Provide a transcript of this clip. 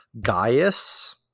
gaius